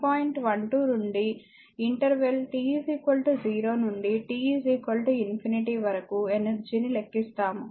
12 నుండి interval t 0 నుండి t అనంతం వరకు ఎనర్జీ ని లెక్కిస్తాము